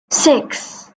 six